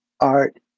art